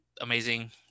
amazing